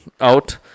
out